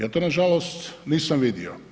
Ja to nažalost nisam vidio.